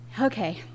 Okay